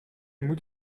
moet